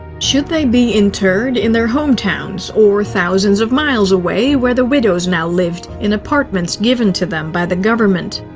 should they be interred in their hometowns, or thousands of miles away, where the widows now lived in apartments given to them by the government?